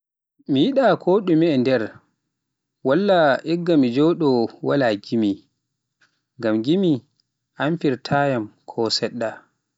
Mi yiɗa koɗume e nder, walla igga mi joɗo wala gimi, ngam gimi amfirata yam ko seɗɗa